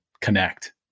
connect